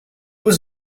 was